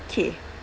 okay